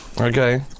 Okay